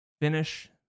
finish